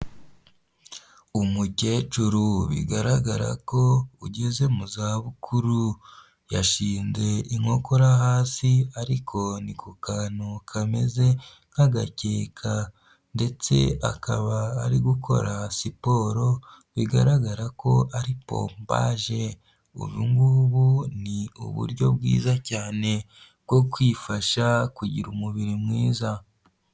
Umukecuru bigaragara ko ugeze mu za bukuru, yashinze inkokora hasi ariko ni ku kantu kameze nk'agakeka, ndetse akaba ari gukora siporo, bigaragara ko ari pompaje, ubungubu ni uburyo bwiza cyane bwo kwifasha kugira umubiri mwiza.